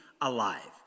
alive